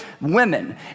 women